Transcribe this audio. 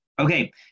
Okay